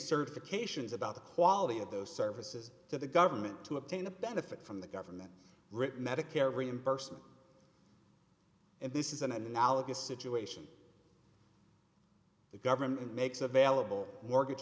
certifications about the quality of those services to the government to obtain a benefit from the government written medicare reimbursement and this is an analogous situation the government makes available mortgage